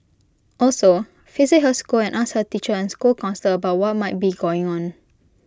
also visit her school and ask her teacher and school counsellor about what might be going on